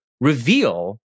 reveal